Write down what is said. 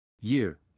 Year